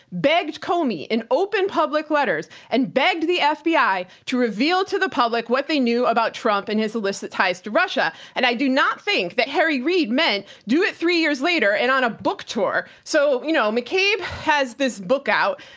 begged comey in open public letters and begged the ah fbi to reveal to the public what they knew about trump, and his illicit ties to russia. and i do not think that harry reid meant, do it three years later and on a book tour. so, you know mccabe has this book out.